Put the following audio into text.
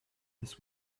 this